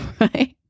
right